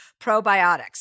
probiotics